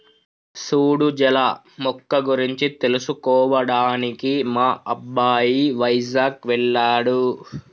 సూడు జల మొక్క గురించి తెలుసుకోవడానికి మా అబ్బాయి వైజాగ్ వెళ్ళాడు